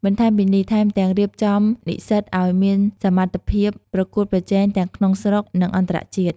បន្ថែមពីនេះ ថែមទាំងរៀបចំនិស្សិតឱ្យមានសមត្ថភាពប្រកួតប្រជែងទាំងក្នុងស្រុក និងអន្តរជាតិ។